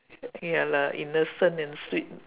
ya lah innocent and sweet